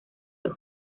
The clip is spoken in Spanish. los